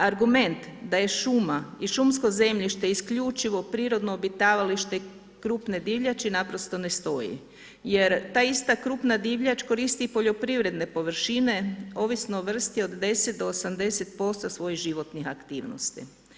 Argument da je šuma i šumsko zemljište isključivo prirodno obitavalište krupne divljači naprosto ne stoji jer ta ista krupna divljač koristi i poljoprivredne površine ovisno o vrsti do 10 do 80% svojih životnih aktivnosti.